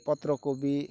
ପତ୍ର କୋବି